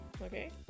okay